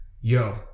yo